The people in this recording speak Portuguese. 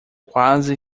quase